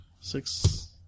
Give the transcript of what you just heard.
Six